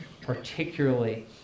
particularly